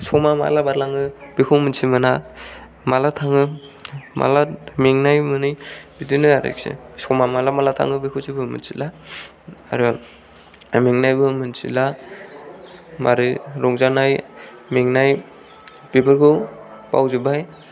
समआ माला बारलाङो बेखौ मोनथिमोना माला थाङो माला मेंनाय मोनो बिदिनो आरोखि समा माला माला थाङो बेखौ जेबो मोनथिला आरो मेंनायबो मोनथिला मारै रंजानाय मेंनाय बेफोरखौ बावजोबबाय